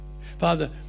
Father